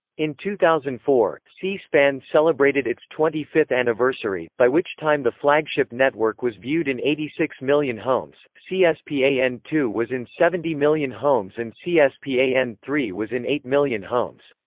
in two thousand and four, c-span celebrated its twenty fifth anniversary, by which time the flagship network was viewed in eighty six million homes, c s p a n two was in seventy million homes and c s p a n three was in eight million homes.